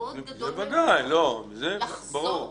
מאוד גדול מהם יצטרך לחזור בחזרה.